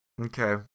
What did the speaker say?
Okay